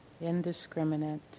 indiscriminate